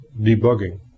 debugging